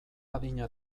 adina